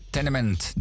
Tenement